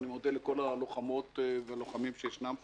אני מודה לכל הלוחמות והלוחמים שישנם כאן,